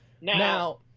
Now